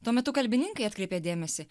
tuo metu kalbininkai atkreipia dėmesį